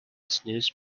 snooze